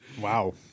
Wow